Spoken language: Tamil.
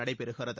நடைபெறுகிறது